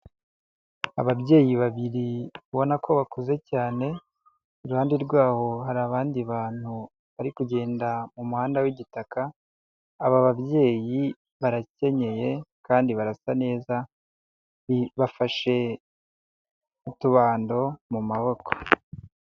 Ababyeyi babiri ubona ko bakuze cyane, iruhande rwabo hari abandi bantu bari kugenda mu muhanda w'igitaka, aba babyeyi barakenyeye kandi barasa neza, bafashe utubando mu maboko.